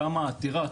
גם העתירה,